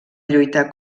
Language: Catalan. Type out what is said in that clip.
lluitar